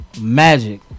Magic